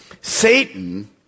Satan